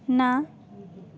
ନା